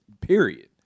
period